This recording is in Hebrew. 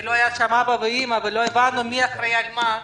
שלא היה שם אבא ואימא ולא הבנו מי אחראי על מה,